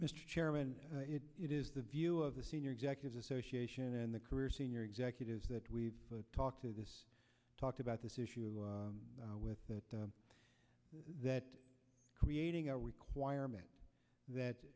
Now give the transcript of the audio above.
mr chairman it is the view of the senior executives association and the career senior executives that we've talked to this talked about this issue with that that creating a requirement that